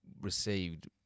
received